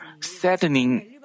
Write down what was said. saddening